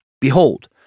Behold